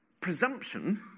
presumption